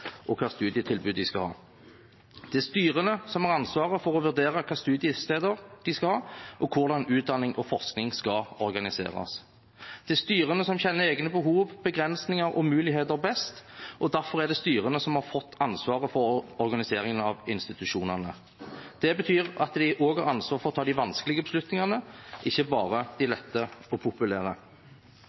og hvilket studietilbud de skal ha. Det er styrene som har ansvaret for å vurdere hvilke studiesteder de skal ha, og hvordan utdanning og forskning skal organiseres. Det er styrene som kjenner egne behov, begrensninger og muligheter best, og derfor er det styrene som har fått ansvaret for organiseringen av institusjonene. Det betyr at de også har ansvaret for å ta de vanskelige beslutningene, ikke bare de lette